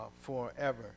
forever